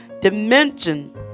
dimension